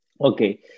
Okay